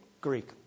Greek